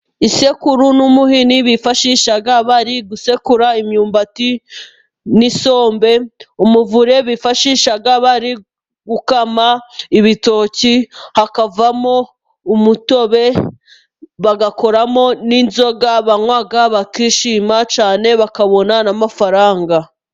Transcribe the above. Isekuru n'umuhini bifashisha bari gusekura imyumbati n'isombe, umuvure bifashisha bari gukama ibitoki, hakavamo umutobe bagakuramo n'inzoga banywa bakishima cyane, bakabona n'amafaranga.